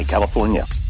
California